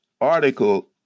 article